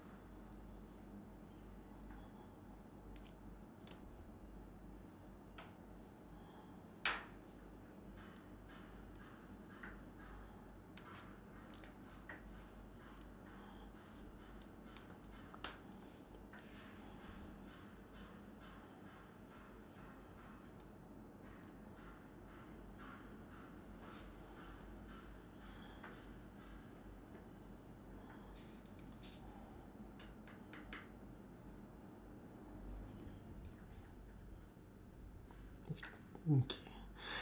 okay